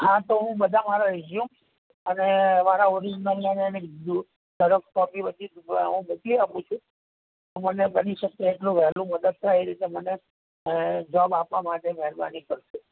હા તો હું બધા મારા રીઝયુમ અને મારા ઓરીજનલ અને રીઝયુ ઝેરોક્ષ કોપી બધી મોકલી આપું છું મને બની શકે એટલું વહેલું મદદ થાય એ રીતે મને જોબ આપવા માટે મેહરબાની કરજો